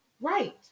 Right